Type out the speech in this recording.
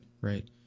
right